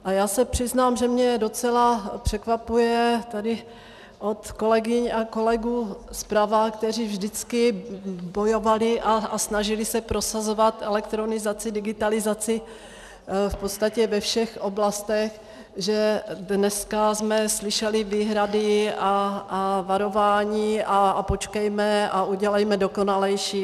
A já se přiznám, že mě docela překvapuje tady od kolegyň a kolegů zprava, kteří vždycky bojovali a snažili se prosazovat elektronizaci, digitalizaci v podstatě ve všech oblastech, že dneska jsme slyšeli výhrady a varování a počkejme a udělejme dokonalejší atd.